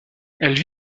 elle